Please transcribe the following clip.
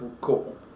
cool